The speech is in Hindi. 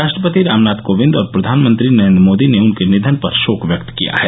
राष्ट्रपति रामनाथ कोविंद और प्रधानमंत्री नरेन्द्र मोदी ने उनके निधन पर शोक व्यक्त किया है